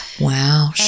Wow